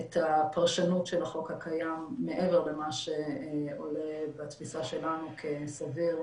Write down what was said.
את הפרשנות של החוק הקיים מעבר למה שעולה בתפיסה שלנו כסביר,